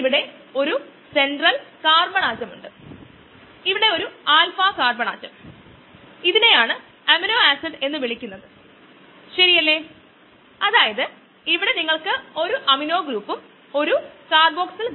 ഇവിടെ കൂടാതെ നമുക്ക് എൻസൈമുമായി ഇടപഴകുന്ന ഒരു ഇൻഹിബിറ്റർ തന്മാത്രയുണ്ട് അതേ സമയം വിപരീതമായി ഒരു എൻസൈം ഇൻഹിബിറ്റർ കോംപ്ലക്സ് നൽകുന്നു